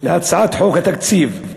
להצעת חוק התקציב.